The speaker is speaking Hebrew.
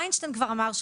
איינשטיין כבר אמר,